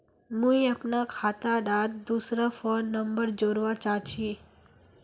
मुई अपना खाता डात दूसरा फोन नंबर जोड़वा चाहची?